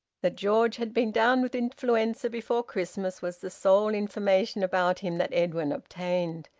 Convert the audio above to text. that george had been down with influenza before christmas was the sole information about him that edwin obtained.